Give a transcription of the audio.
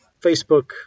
Facebook